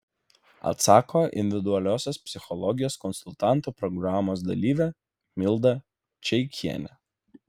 atsako individualiosios psichologijos konsultantų programos dalyvė milda čeikienė